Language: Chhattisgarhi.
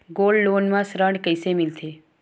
गोल्ड लोन म ऋण कइसे मिलथे?